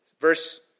Verse